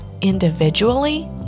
individually